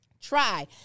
Try